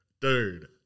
dude